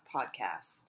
Podcast